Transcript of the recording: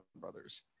Brothers